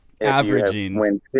averaging